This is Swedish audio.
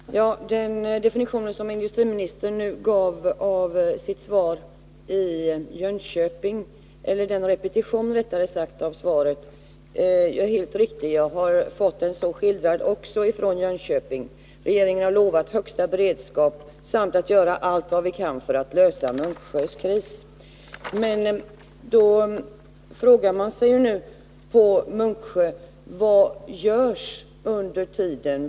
Herr talman! Den repetition som industriministern nu gav av sitt svar i Jönköping är helt riktig. Jag har fått hans uttalande så skildrat också från Jönköping. Regeringen har lovat högsta beredskap samt att göra allt vad som kan göras för att klara krisen för Munksjö AB. Men då frågar man sig nu på Munksjö: Vad görs under tiden?